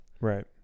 Right